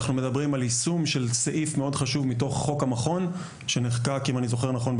אנחנו מדברים על יישום של סעיף מאוד חשוב מתוך חוק המכון שנחקק ב-2017,